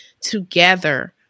together